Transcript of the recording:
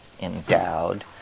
endowed